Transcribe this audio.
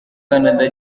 canada